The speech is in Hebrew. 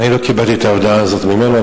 אני לא קיבלתי את ההודעה הזאת ממנו.